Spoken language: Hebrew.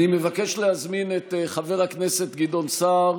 אני מבקש להזמין את חבר הכנסת גדעון סער